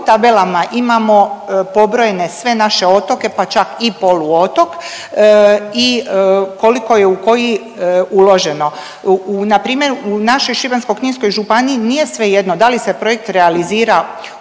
tabelama imamo pobrojene sve naše otoke, pa čak i poluotok i koliko je u koji uloženo. Npr. u našoj Šibensko-kninskoj županiji nije svejedno da li se projekt realizira u, na